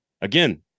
again